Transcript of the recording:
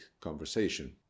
conversation